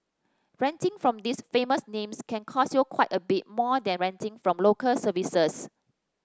renting from these famous names can cost you quite a bit more than renting from Local Services